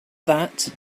that